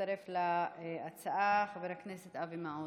מצטרף להצעה חבר הכנסת אבי מעוז,